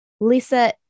Lisa